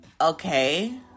Okay